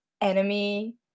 enemy